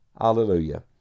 Hallelujah